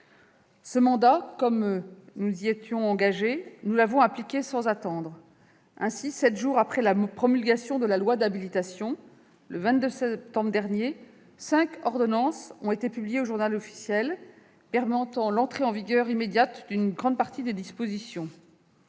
Comme nous nous y étions engagés, nous avons appliqué ce mandat sans attendre. Ainsi, sept jours après la promulgation de la loi d'habilitation, soit le 22 septembre dernier, cinq ordonnances ont été publiées au, ce qui a permis l'entrée en vigueur immédiate d'une grande partie des dispositions.